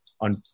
on